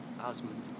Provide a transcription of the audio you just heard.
Osmond